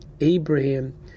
Abraham